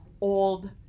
old